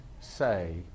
say